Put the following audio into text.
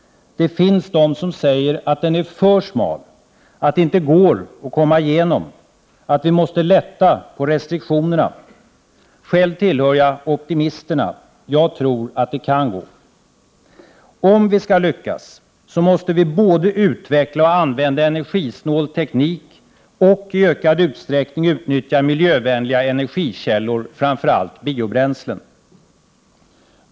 Det finns de som säger att den är för smal, att det inte går att komma igenom, att vi måste lätta på restriktionerna. Själv tillhör jag optimisterna. Jag tror att det kan gå. Om vi skall lyckas måste vi både utveckla och använda energisnål teknik och i ökad utsträckning utnyttja miljövänliga energikällor, främst biobränslen.